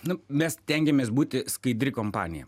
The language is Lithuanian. nu mes stengiamės būti skaidri kompanija